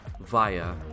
via